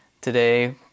today